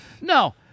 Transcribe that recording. No